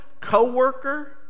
co-worker